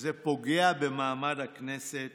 זה פוגע במעמד הכנסת